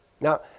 Now